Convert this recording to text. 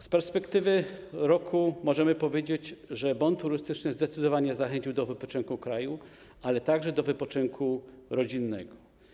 Z perspektywy roku możemy powiedzieć, że bon turystyczny zdecydowanie zachęcił do wypoczynku w kraju, ale także do wypoczynku rodzinnego.